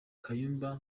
kayumba